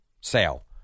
sale